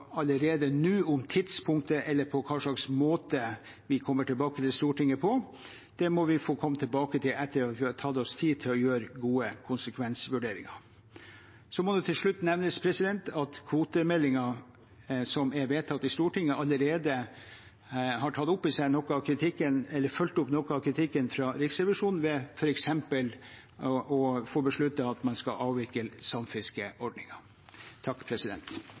allerede nå om tidspunktet eller på hvilken måte vi kommer tilbake til Stortinget. Det må vi få komme tilbake til etter at vi har tatt oss tid til å gjøre gode konsekvensvurderinger. Så må det til slutt nevnes at i kvotemeldingen som er vedtatt i Stortinget, har man allerede fulgt opp noe av